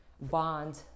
bond